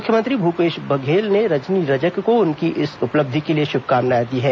मुख्यमंत्री भूपेश बघेल ने रजनी रजक को उनकी इस उपलब्धि के लिए श्भकामनाएं दी हैं